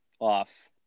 off